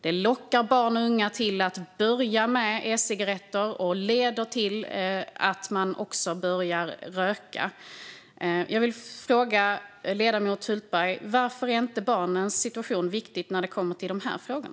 Det lockar barn och unga att börja med e-cigaretter och leder till att de också börjar röka. Jag vill fråga ledamoten Hultberg: Varför är barnens situation inte viktig när det kommer till dessa frågor?